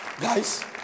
Guys